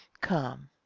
come